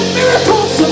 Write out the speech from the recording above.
miracles